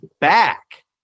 back